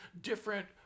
different